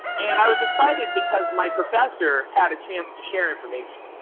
and i was excited because my professor had a chance to share information.